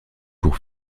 pour